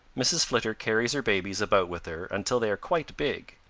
mrs. flitter carries her babies about with her until they are quite big.